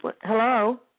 Hello